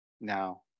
Now